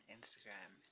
Instagram